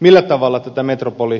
millä tavalla tätä metropoli